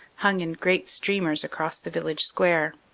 hung in great streamers across the village square.